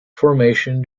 formation